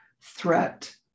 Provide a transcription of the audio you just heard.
threat